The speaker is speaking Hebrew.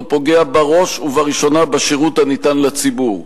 הוא פוגע בראש ובראשונה בשירות הניתן לציבור.